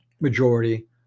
majority